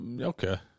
Okay